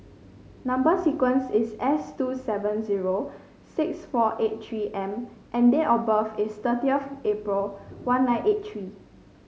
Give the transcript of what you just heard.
number sequence is S two seven zero six four eight three M and date of birth is thirty of April one nine eight three